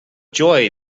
joy